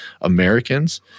Americans